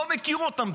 לא מכיר אותם,